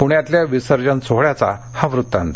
पुण्यातल्या विसर्जन सोहळ्याचा हा वृत्तांत